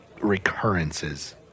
recurrences